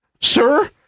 sir